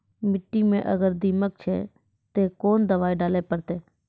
मिट्टी मे अगर दीमक छै ते कोंन दवाई डाले ले परतय?